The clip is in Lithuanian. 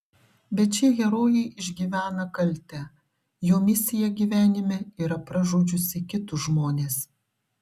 bet šie herojai išgyvena kaltę jo misija gyvenime yra pražudžiusi kitus žmones